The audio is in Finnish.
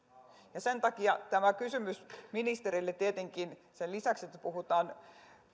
sen takia tämä kysymys ministereille tietenkin sen lisäksi että puhutaan